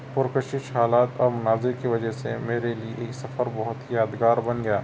پُرکشش حالات اور مناظر کی وجہ سے میرے لئے یہ سفر بہت یادگار بن گیا